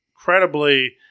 incredibly